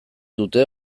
dute